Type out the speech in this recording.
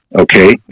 Okay